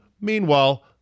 Meanwhile